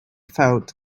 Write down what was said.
felt